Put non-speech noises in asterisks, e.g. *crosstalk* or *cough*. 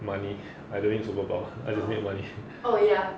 money I don't need superpower I just need money *noise*